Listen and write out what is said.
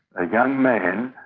a young man,